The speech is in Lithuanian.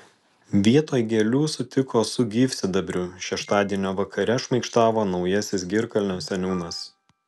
vietoj gėlių sutiko su gyvsidabriu šeštadienio vakare šmaikštavo naujasis girkalnio seniūnas